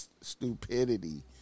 stupidity